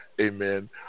Amen